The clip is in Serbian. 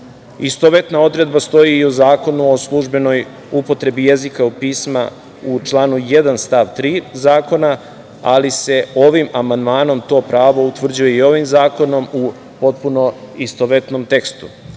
Istovetna odredba stoji i u Zakonu o službenoj upotrebi jezika i pisma u članu 1. stav 3. zakona, ali se ovim amandmanom to pravo utvrđuje i ovim zakonom u potpuno istovetnom tekstu.